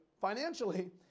financially